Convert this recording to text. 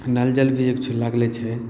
नल जल भी लागले छै